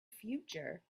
future